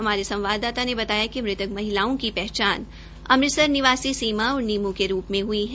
हमारे संवाददाता ने बताया कि मुतक महिलओं की पहचान अमुतसर निवासी सीमा और नीमू के रूप में हुई है